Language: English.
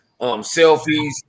selfies